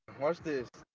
watch this.